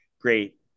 great